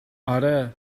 آره